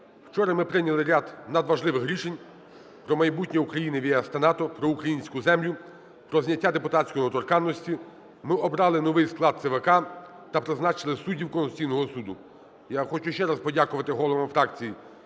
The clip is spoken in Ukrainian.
Вчора ми прийняли ряд надважливих рішень про майбутнє України в ЄС та НАТО, про українську землю, про зняття депутатської недоторканності, ми обрали новий склад ЦВК та призначили суддів Конституційного Суду. Я хочу ще раз подякувати головам фракцій